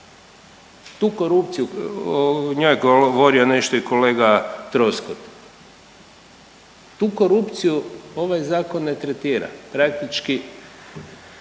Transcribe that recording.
Tu korupciju, o njoj je govorio nešto i kolega Troskot, tu korupciju ovaj zakon ne tretira, praktički